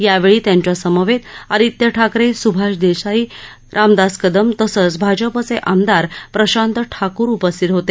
यावेळी त्यांच्या समवेत आदित्य ठाकरे सुभाष देसाई रामदास कदम तसंच भाजपचे आमदार प्रशांत ठाकूर उपस्थित होते